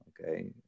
okay